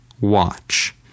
watch